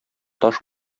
таш